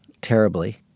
terribly